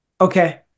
Okay